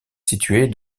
située